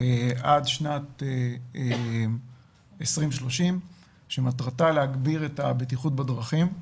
עד שנת 2030 שמטרתה להגביר את הבטיחות בדרכים.